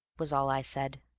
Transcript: was all i said.